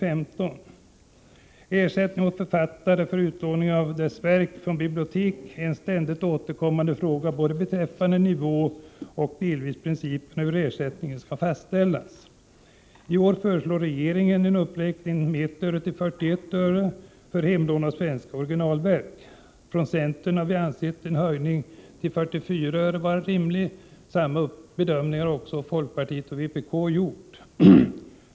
Frågan om ersättning till författare för utlåning av deras verk från bibliotek är en ständigt återkommande fråga både beträffande nivån och, i viss mån, beträffande principerna om hur ersättningen skall fastställas. I år föreslår regeringen en uppräkning med 1 öre till 41 öre för hemlån av svenska orginalverk. Vi från centern har ansett en höjning till 44 öre vara rimlig. Samma bedömning har man gjort inom folkpartiet och vpk.